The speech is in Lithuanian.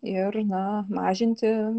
ir ne mažinti